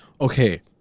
okay